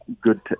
good